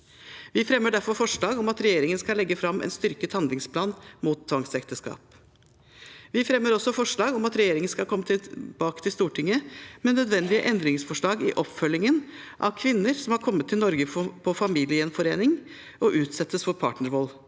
Vi fremmer derfor forslag om at regjeringen skal legge fram en styrket handlingsplan mot tvangsekteskap. Vi fremmer også forslag om at regjeringen skal komme tilbake til Stortinget med nødvendige endringsforslag i oppfølgingen av kvinner som har kommet til Norge på familiegjenforening og utsettes for partnervold,